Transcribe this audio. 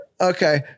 Okay